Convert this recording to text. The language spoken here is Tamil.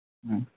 ம்